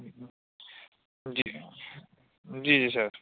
جی جی جی سر